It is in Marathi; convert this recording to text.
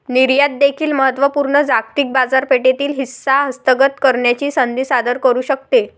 निर्यात देखील महत्त्व पूर्ण जागतिक बाजारपेठेतील हिस्सा हस्तगत करण्याची संधी सादर करू शकते